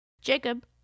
Jacob